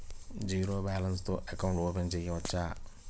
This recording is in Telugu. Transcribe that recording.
జీరో బాలన్స్ తో అకౌంట్ ఓపెన్ చేయవచ్చు?